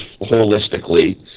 holistically